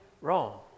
wrong